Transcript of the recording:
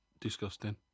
disgusting